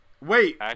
wait